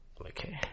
Okay